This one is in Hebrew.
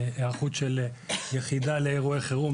היערכות של יחידה לאירועי חירום,